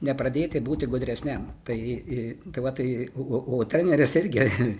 nepradėti būti gudresniam tai e tai va tai o o treneris irgi